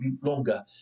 longer